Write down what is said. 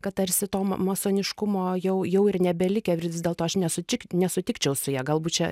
kad tarsi to masoniškumo jau jau ir nebelikę ir vis dėlto aš nesutik nesutikčiau su ja galbūt čia